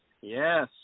Yes